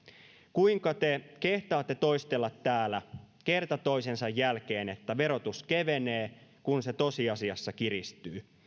kuinka te kehtaatte toistella täällä kerta toisensa jälkeen että verotus kevenee kun se tosiasiassa kiristyy